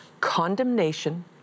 condemnation